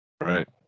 right